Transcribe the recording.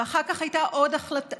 ואחר כך הייתה עוד החלטה,